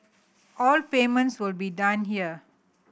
all payments will be done here